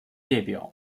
列表